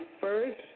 first